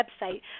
website